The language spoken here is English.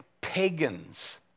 pagans